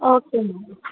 okay madam